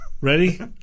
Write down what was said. Ready